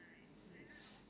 a pilot